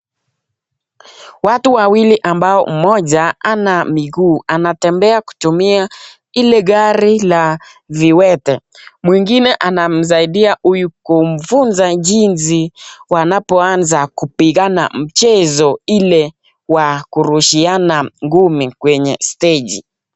Watu wawili ambao mmoja hana miguu anatembea kutumia ile gari la viwete. Mwingine anamsaidia huyu kumfuza jinsi wanapoaza kupigana mchezo ile wa kurushiana ngumi kwenye steji.